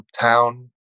town